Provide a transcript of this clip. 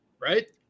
right